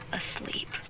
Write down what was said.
asleep